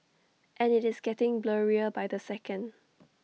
and IT is getting blurrier by the second